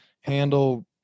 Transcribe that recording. handle